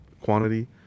quantity